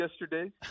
yesterday